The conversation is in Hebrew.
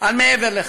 על מעבר לכך.